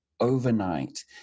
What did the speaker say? overnight